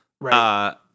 Right